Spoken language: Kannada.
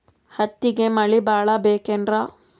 ಹತ್ತಿಗೆ ಮಳಿ ಭಾಳ ಬೇಕೆನ್ರ?